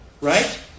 right